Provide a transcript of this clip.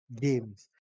games